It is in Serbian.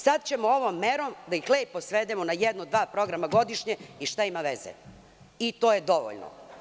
Sada ćemo ovom merom da ih lepo svedemo na jedan, dva programa godišnje i šta ima veze, i to je dovoljno.